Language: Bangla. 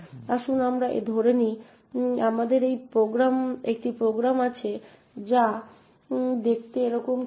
আসুন আমরা ধরে নিই আমাদের একটি প্রোগ্রাম আছে যা দেখতে এরকম কিছু